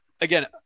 again